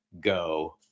go